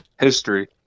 History